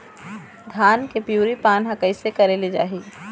धान के पिवरी पान हर कइसे करेले जाही?